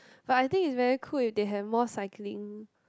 but I think it's very cool if there have more cycling